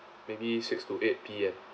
maybe six to eight P_M